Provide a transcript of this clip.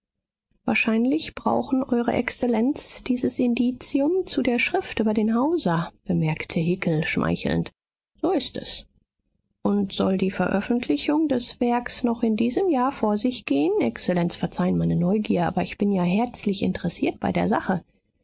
wahrscheinlich brauchen eure exzellenz dieses indizium zu der schrift über den hauser bemerkte hickel schmeichelnd so ist es und soll die veröffentlichung des werks noch in diesem jahr vor sich gehen exzellenz verzeihen meine neugier aber ich bin ja herzlich interessiert bei der sache